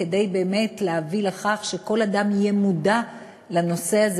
כדי באמת להביא לכך שכל אדם יהיה מודע לנושא הזה,